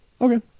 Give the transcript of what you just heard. okay